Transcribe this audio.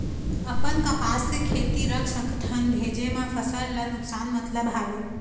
अपन कपास के खेती रख सकत हन भेजे मा फसल ला नुकसान मतलब हावे?